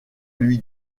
lui